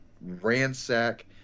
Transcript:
ransack